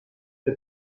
che